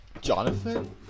Jonathan